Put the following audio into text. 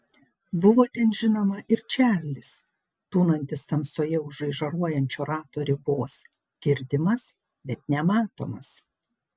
buvo ten žinoma ir čarlis tūnantis tamsoje už žaižaruojančio rato ribos girdimas bet nematomas